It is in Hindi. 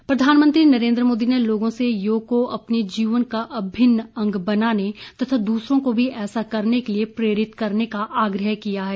योग दिवस प्रधानमंत्री नरेन्द्र मोदी ने लोगों से योग को अपने जीवन का अभिन्न अंग बनाने तथा दूसरों को भी ऐसा करने के लिए प्रेरित करने का आग्रह किया है